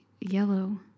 yellow